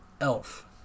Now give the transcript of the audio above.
Elf